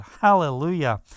Hallelujah